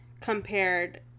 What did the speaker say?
compared